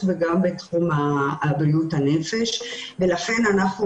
זה מרכז אינטנסיבי.